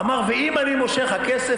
אמר: ואם אני מושך הכסף?